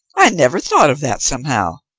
i never thought of that, somehow.